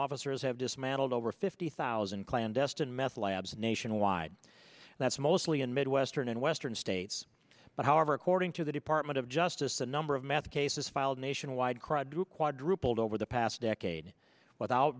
officers have dismantled over fifty thousand clandestine meth labs nationwide that's mostly in midwestern and western states but however according to the department of justice the number of meth cases filed nationwide crowd grew quadrupled over the past decade without